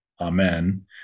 Amen